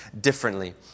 differently